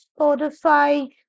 Spotify